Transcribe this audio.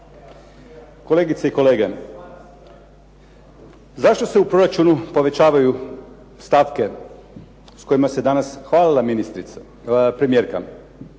Kolegice i kolege, zašto se u proračunu povećavaju stavke s kojima e danas hvalila premijerka?